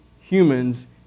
humans